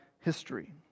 history